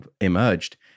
emerged